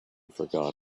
forgot